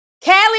Kelly